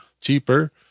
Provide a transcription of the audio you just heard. cheaper